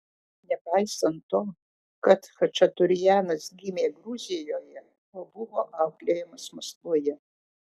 nepaisant to kad chačaturianas gimė gruzijoje o buvo auklėjamas maskvoje